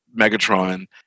Megatron